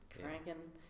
cranking